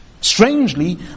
Strangely